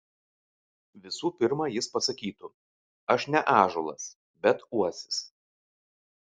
visų pirma jis pasakytų aš ne ąžuolas bet uosis